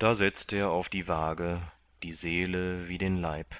da setzt er auf die wage die seele wie den leib